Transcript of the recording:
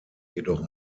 jedoch